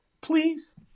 Please